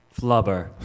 Flubber